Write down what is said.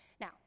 Now